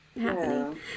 happening